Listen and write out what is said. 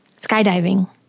Skydiving